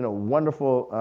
and wonderful